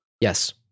Yes